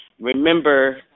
remember